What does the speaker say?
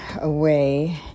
away